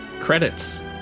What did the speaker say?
credits